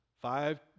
five